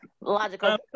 logical